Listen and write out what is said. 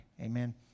Amen